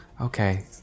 Okay